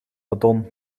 beton